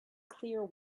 clear